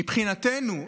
מבחינתנו,